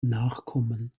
nachkommen